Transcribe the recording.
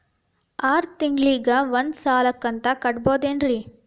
ಆರ ತಿಂಗಳಿಗ ಒಂದ್ ಸಲ ಕಂತ ಕಟ್ಟಬಹುದೇನ್ರಿ?